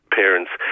parents